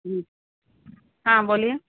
جی ہاں بولیے